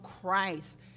Christ